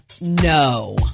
no